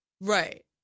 right